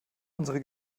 unsere